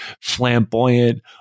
flamboyant